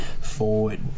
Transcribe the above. forward